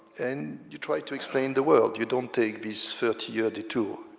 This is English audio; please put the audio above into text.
and you try to explain the world. you don't take this thirty year detour.